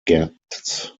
ghats